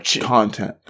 content